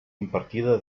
impartida